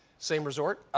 same resort?